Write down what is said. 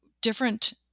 different